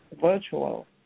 virtual